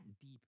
deep